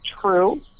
true